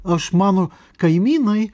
aš mano kaimynai